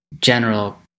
general